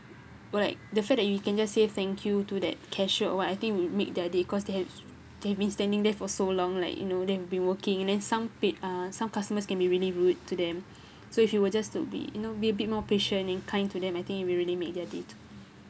or like the fact that you can just say thank you to that cashier or what I think would make their day cause they have they've been standing there for so long like you know they'll be working and then some pa~ uh some customers can be really rude to them so if you were just to be you know be a bit more patient and kind to them I think it will really make their day too